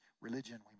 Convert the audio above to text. religion